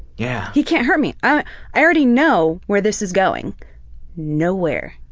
yeah. he can't hurt me. i already know where this is going nowhere.